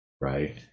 right